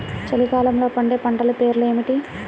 చలికాలంలో పండే పంటల పేర్లు ఏమిటీ?